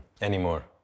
anymore